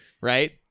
right